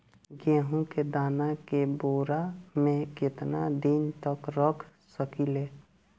गेहूं के दाना के बोरा में केतना दिन तक रख सकिले?